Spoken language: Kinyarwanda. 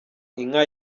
inka